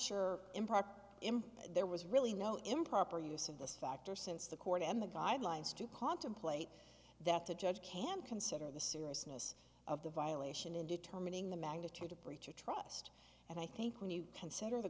him there was really no improper use of this factor since the court and the guidelines to contemplate that the judge can consider the seriousness of the violation in determining the magnitude of breach of trust and i think when you consider the